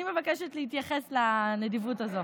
אני מבקשת להתייחס לנדיבות הזו.